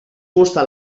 gusta